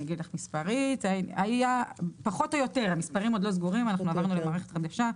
המספרים עוד לא סגורים, עברנו למערכת חדשה.